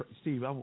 Steve